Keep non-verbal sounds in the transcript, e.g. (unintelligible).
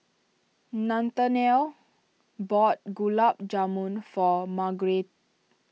Nathaniel bought Gulab Jamun for (unintelligible)